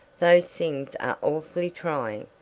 those things are awfully trying.